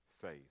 faith